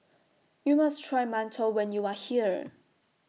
YOU must Try mantou when YOU Are here